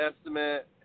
estimate